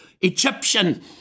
Egyptian